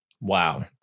Wow